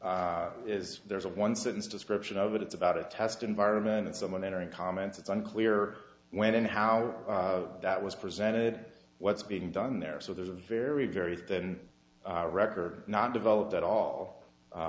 wu is there's a one sentence description of it it's about a test environment and someone entering comments it's unclear when and how that was presented what's being done there so there's a very very thin record not developed at all